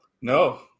No